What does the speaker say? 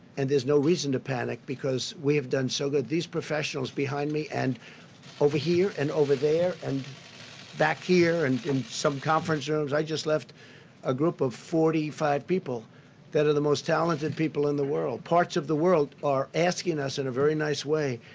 and there's no reason to panic, because we have done so good. these professionals behind me and over here and over there and back here and in some conference rooms i just left a group of forty five people that are the most talented people in the world. parts of the world are asking us in a very nice way,